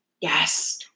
Yes